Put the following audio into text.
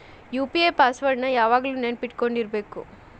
UPI password ನ ಯಾವಾಗ್ಲು ನೆನ್ಪಿಟ್ಕೊಂಡಿರ್ಬೇಕು